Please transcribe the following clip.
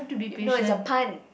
no it's a pun